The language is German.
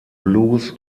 blues